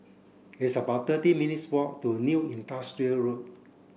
it's about thirty minutes' walk to New Industrial Road